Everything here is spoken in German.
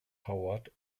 howard